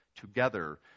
together